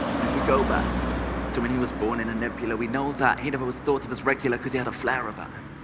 and if we go back to when he was born in a nebula, we know that he never was thought of as regular, because he had a flair about him,